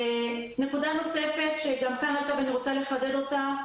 נקודה נוספת שגם כאן עלתה ואני רוצה לחדד אותה.